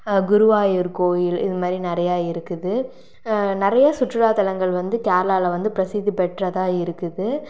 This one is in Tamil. குருவாயூர் கோயில் இது மாரி நிறையா இருக்குது நிறையா சுற்றுலா தளங்கள் வந்து கேரளாவில வந்து பிரசித்தி பெற்றதாக இருக்குது